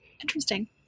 Interesting